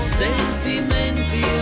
sentimenti